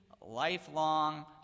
lifelong